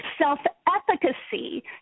self-efficacy